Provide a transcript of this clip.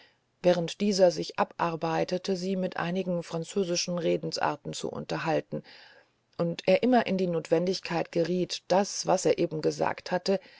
während dieser sich abarbeitete sie mit einigen französischen redensarten zu unterhalten und er immer in die notwendigkeit geriet das was er eben gesagt hatte